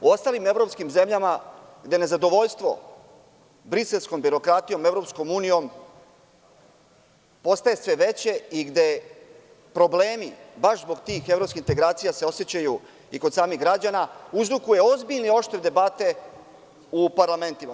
U ostalim evropskim zemljama gde nezadovoljstvo briselskom birokratijom, Evropskom unijom, postaje sve veće i gde problemi baš zbog tih evropskih integracija se osećaju i kod samih građana, uzrokuje ozbiljne i oštre debate u parlamentima.